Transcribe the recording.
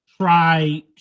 try